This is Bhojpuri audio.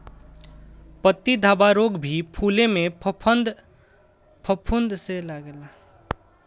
पत्ती धब्बा रोग भी फुले में फफूंद से लागेला